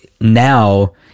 Now